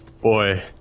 boy